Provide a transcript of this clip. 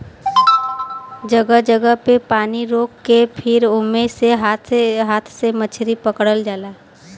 जगह जगह पे पानी रोक के फिर ओमे से हाथ से मछरी पकड़ल जाला